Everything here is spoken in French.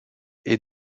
est